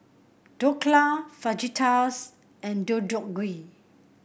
Dhokla Fajitas and Deodeok Gui